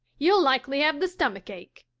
you'll likely have the stummick-ache